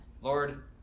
Lord